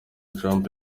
trump